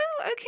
okay